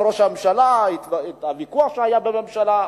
הוויכוח שהיה בממשלה.